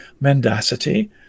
mendacity